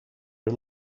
her